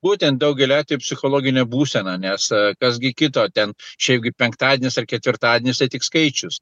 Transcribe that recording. būtent daugeliu atvejų psichologinė būsena nes a kas gi kito ten šiaipgi penktadienis ar ketvirtadienis tai tik skaičius